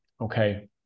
okay